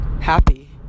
happy